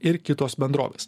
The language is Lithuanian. ir kitos bendrovės